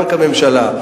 גם כממשלה,